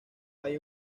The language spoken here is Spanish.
hay